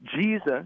Jesus